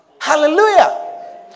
Hallelujah